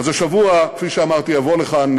אז השבוע יבוא לכאן,